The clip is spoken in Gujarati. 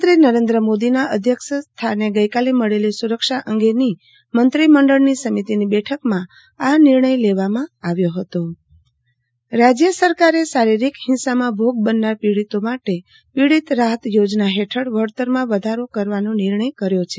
પ્રદ્યાનમંત્રી નરેન્દ્ર મોદીના અધ્યક્ષ સ્થાને ગઈકાલે મળેલી સુરક્ષા અંગેની મંત્રી મંડળ સમિતિની બેઠકમાં આ નિર્ણય લેવામાં આવ્યો હતો જય સરકાર પીડિતરાહત યોજન રાજ્ય સુરકારે શારીરીક હિંસામાં ભોગ બનનાર પીડીતો માટે પીડીત રાહત ચોજના હેઠળ વળતરમાં વધારો કરવાનો નિર્ણય કર્યો છે